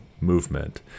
movement